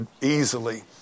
easily